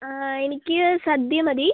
അ എനിക്ക് സദ്യ മതി